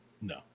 No